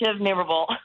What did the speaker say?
memorable